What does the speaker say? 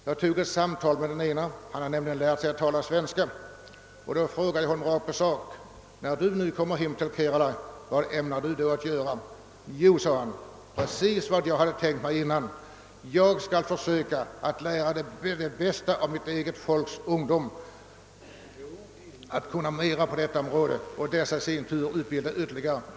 Jag tog ett samtal med den ene -— han hade lärt sig svenska — och frågade honom rakt på sak: »Vad tänker Du göra när Du nu kommer hem till Kerala?» Han svarade: »Jag skall försöka ge de bästa av mitt eget folks ungdom mer av kunskaper på detta område. Jag hoppas att dessa ungdomar sedan skall kunna sprida dessa kunskaper vidare.